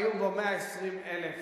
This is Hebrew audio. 120,000